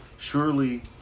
Surely